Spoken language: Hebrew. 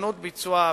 הישנות ביצוע העבירה.